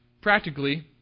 Practically